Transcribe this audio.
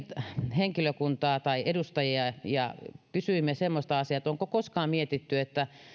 henkilökuntaa tai edustajia ja kysyimme semmoista asiaa että onko koskaan mietitty että